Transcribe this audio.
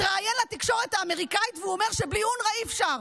מתראיין לתקשורת האמריקאית ואומר שבלי אונר"א אי-אפשר.